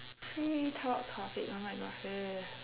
free talk topic oh my god